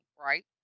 right